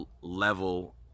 level